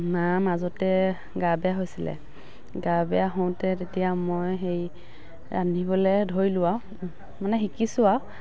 মাৰ মাজতে গা বেয়া হৈছিলে গা বেয়া হওতে তেতিয়া মই সেই ৰান্ধিবলে ধৰিলোঁ আৰু মানে শিকিছোঁ আও